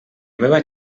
meva